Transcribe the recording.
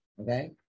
okay